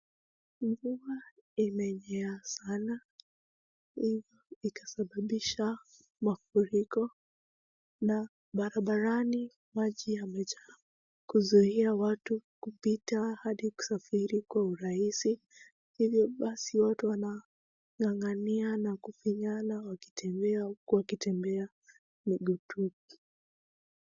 Mvua imenyesha sana ikasababisha mafuriko na barabarani maji yamejaa kuzuia watu kupita hadi kusafiri kwa urahisi. Hivyo basi watu wanaganganiana, kufinyana wakitembea miguu tupu.